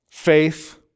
Faith